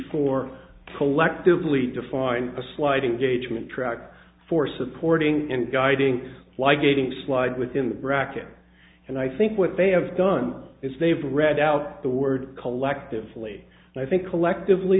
four collectively defined a sliding gauge and track for supporting and guiding light getting slide within the bracket and i think what they have done is they've read out the word collectively and i think collectively